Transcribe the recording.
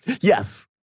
Yes